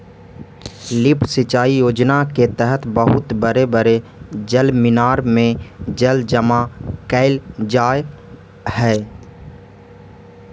lift सिंचाई योजना के तहत बहुत बड़े बड़े जलमीनार में जल जमा कैल जा हई